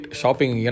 shopping